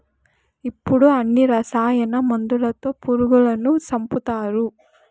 ఇప్పుడు అన్ని రసాయన మందులతో పురుగులను సంపుతారు